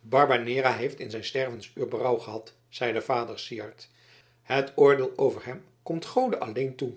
barbanera heeft in zijn stervensuur berouw gehad zeide vader syard het oordeel over hem komt gode alleen toe